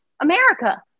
america